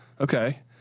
Okay